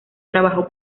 trabajó